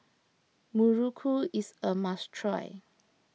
Muruku is a must try